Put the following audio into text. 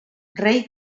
rei